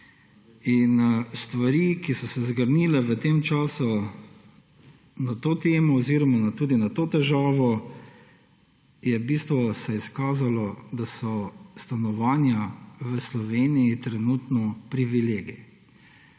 Stvari, ki so se zgrnile v tem času na to temo oziroma tudi na to težavo, se je v bistvu izkazalo, da so stanovanja v Sloveniji trenutno privilegij.